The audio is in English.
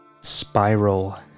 spiral